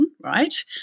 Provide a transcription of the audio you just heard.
right